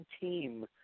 team